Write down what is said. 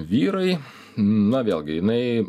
vyrai na vėlgi jinai